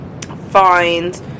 finds